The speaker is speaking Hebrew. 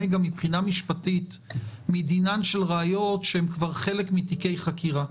גם מבחינה משפטית מדינן של ראיות שהן כבר חלק מתיקי חקירה.